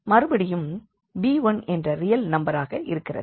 மறுபடியும் b1என்ற ரியல் நம்பராக இருக்கிறது